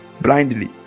blindly